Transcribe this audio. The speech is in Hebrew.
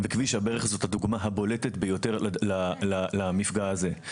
וכביש הברך זאת הדוגמה הבולטת ביותר למפגע הזה.